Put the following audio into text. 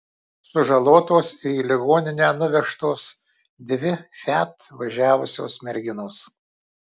sužalotos ir į ligoninę nuvežtos dvi fiat važiavusios merginos